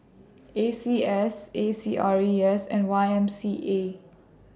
A C S A C R E S and Y M C A